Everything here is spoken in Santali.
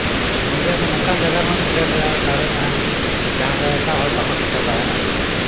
ᱢᱤᱰᱤᱭᱟ ᱫᱚ ᱱᱚᱝᱠᱟ ᱡᱟᱭᱜᱟ ᱨᱮ ᱦᱚᱸᱭ ᱥᱮᱴᱮᱨ ᱫᱟᱲᱮᱭᱟᱜᱼᱟ ᱡᱟᱦᱟᱸ ᱨᱮ ᱮᱴᱟᱜ ᱦᱚᱲ ᱵᱟᱠᱚ ᱥᱮᱴᱮᱨ ᱫᱟᱲᱮᱭᱟᱜ ᱟᱠᱚ